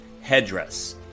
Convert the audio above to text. headdress